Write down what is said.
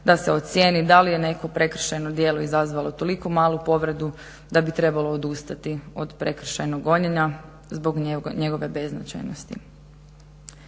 da se ocijeni da li je neko prekršajno djelo izazvalo toliko malu povredu da bi trebalo odustati od prekršajnog gonjenja zbog njegove beznačajnosti.